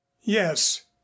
yes